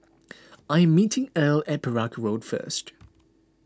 I am meeting Earle at Perak Road first